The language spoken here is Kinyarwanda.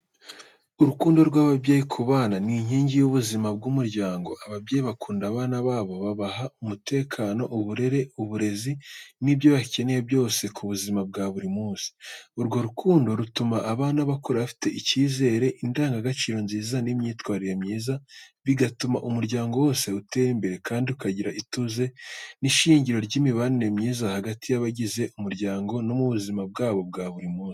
Urukundo rw’ababyeyi ku bana ni inkingi y’ubuzima bw’umuryango. Ababyeyi bakunda abana babo babaha umutekano, uburere, uburezi n’ibyo bakeneye byose ku buzima bwa buri munsi. Urwo rukundo rutuma abana bakura bafite icyizere, indangagaciro nziza n’imyitwarire myiza, bigatuma umuryango wose utera imbere kandi ukagira ituze. Ni ishingiro ry’imibanire myiza hagati y’abagize umuryango no mu buzima bwabo bwa buri munsi.